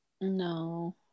no